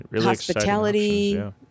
hospitality